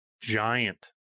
giant